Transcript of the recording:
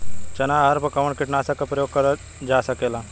चना अरहर पर कवन कीटनाशक क प्रयोग कर जा सकेला?